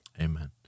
Amen